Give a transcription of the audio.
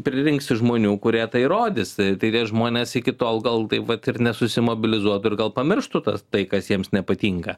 pririnksi žmonių kurie tai įrodys tai tie žmonės iki tol gal taip vat ir nesusimobilizuotų ir gal pamirštų tas tai kas jiems nepatinka